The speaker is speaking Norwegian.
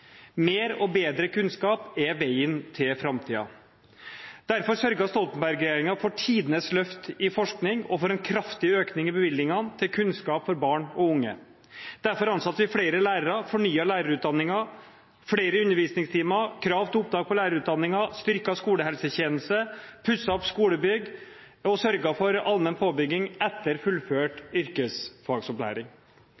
Mer og bedre kunnskap er veien til framtiden. Derfor sørget Stoltenberg-regjeringen for tidenes løft innen forskning og for en kraftig økning i bevilgningene til kunnskap for barn og unge. Derfor ansatte vi flere lærere, fornyet lærerutdanningen, fikk flere undervisningstimer, satte krav til opptak til lærerutdanningen, styrket skolehelsetjenesten, pusset opp skolebygg og sørget for allmenn påbygging etter fullført